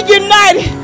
united